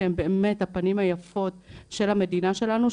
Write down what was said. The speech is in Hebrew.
שהם באמת הפנים היפות של המדינה שלנו,